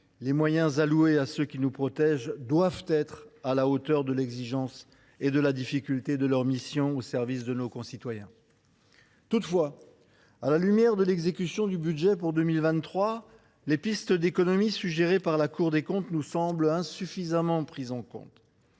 Les moyens alloués à ceux qui nous protègent doivent être à la hauteur de l’exigence et de la difficulté de leur mission au service de nos concitoyens. Toutefois, à la lumière de l’exécution du budget pour 2023, les pistes d’économies suggérées par la Cour des comptes nous semblent insuffisamment prises en compte.